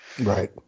Right